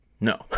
No